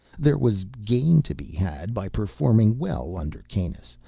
there was gain to be had by performing well under kanus.